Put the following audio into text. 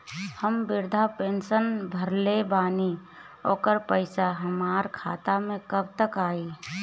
हम विर्धा पैंसैन भरले बानी ओकर पईसा हमार खाता मे कब तक आई?